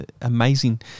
amazing